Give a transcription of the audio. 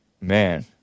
man